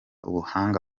ubuhanga